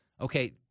Okay